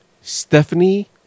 Stephanie